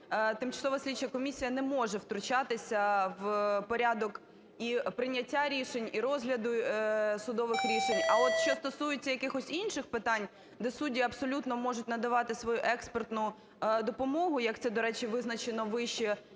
тимчасова слідча комісія не може втручатися в порядок і прийняття рішень, і розгляду судових рішень. А от що стосується якихось інших питань, де судді абсолютно можуть надавати свою експертну допомогу, як це, до речі, визначено вище